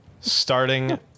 starting